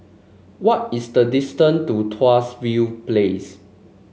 what is the distance to Tuas View Place